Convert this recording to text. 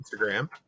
Instagram